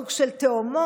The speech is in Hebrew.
סוג של תאומות,